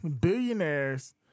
Billionaires